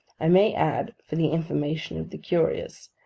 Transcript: i may add, for the information of the curious,